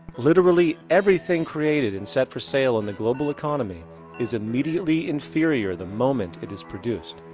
literally everything created and set for sale in the global economy is immediately inferior the moment it is produced,